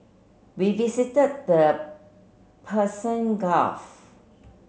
we visited the Persian Gulf